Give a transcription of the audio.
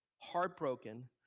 Heartbroken